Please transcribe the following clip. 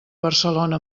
barcelona